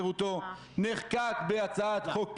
שחלק גדול מכם מרגיש לא טוב עם מה שמתרחש.